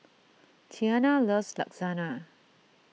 Tianna loves Lasagna